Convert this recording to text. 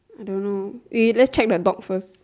I don't know wait let's check the dog first